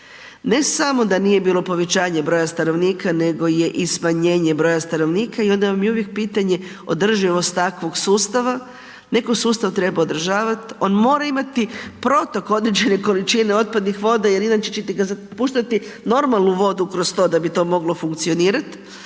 Ne samo da nije bilo povećanje broja stanovnika nego je i smanjenje broja stanovnika i onda vam je uvijek pitanje održivost takvog sustava, netko sustav treba održavati, on mora imati protok određene količine otpadnih voda jer inače ćete puštati normalnu vodu kroz to da bi to moglo funkcionirati